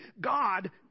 God